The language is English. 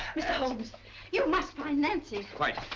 mr. holmes you must find nancy. quite.